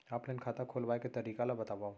Offline खाता खोलवाय के तरीका ल बतावव?